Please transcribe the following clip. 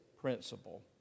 principle